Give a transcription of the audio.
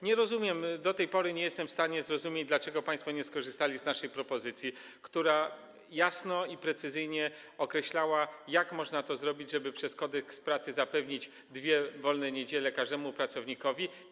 Nie rozumiem, do tej pory nie jestem w stanie zrozumieć, dlaczego państwo nie skorzystali z naszej propozycji, która jasno i precyzyjnie określała, jak można to zrobić, żeby przez Kodeks pracy zapewnić dwie wolne niedziele każdemu pracownikowi.